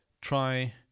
try